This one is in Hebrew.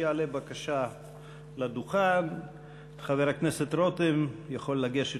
שעה 11:00 תוכן העניינים שאילתות